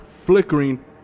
flickering